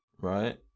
right